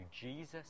Jesus